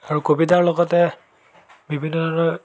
আৰু কবিতাৰ লগতে বিভিন্ন ধৰণে